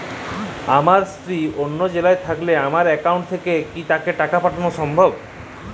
আমার স্ত্রী অন্য জেলায় থাকলে আমার অ্যাকাউন্ট থেকে কি তাকে টাকা পাঠানো সম্ভব?